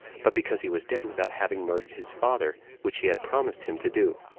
but because he was dead without having murdered his father, which he had promised him to do.